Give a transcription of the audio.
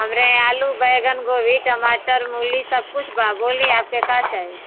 हमरे आलू बैगन गोभी टमाटर मूली सब कुछ बा बोली आपके का चाही